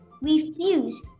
refuse